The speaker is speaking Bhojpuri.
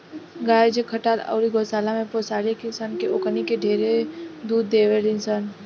गाय जे खटाल अउरी गौशाला में पोसाली सन ओकनी के ढेरे दूध देवेली सन